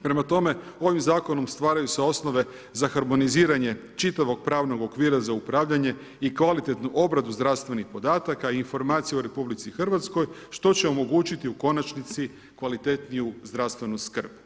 Prema tome, ovim Zakonom stvaraju se osnove za ... čitavog pravnog okvira za upravljanje i kvalitetnu obradu zdravstvenih podataka i informacija u RH, što će omogućiti u konačnici kvalitetniju zdravstvenu skrb.